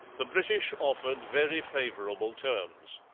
the british offered very favourable terms.